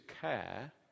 care